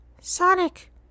Sonic